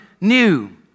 new